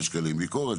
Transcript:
יש כאלה עם ביקורת,